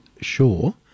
sure